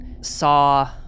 saw